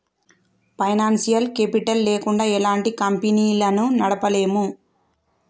financial capital లేకుండా ఎలాంటి కంపెనీలను నడపలేము